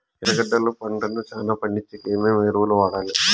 ఎర్రగడ్డలు పంటను చానా పండించేకి ఏమేమి ఎరువులని వాడాలి?